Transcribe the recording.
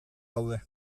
daude